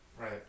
Right